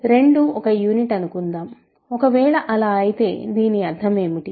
2 ఒక యూనిట్ అనుకుందాంఒకవేళ అలా అయితే దీని అర్థం ఏమిటి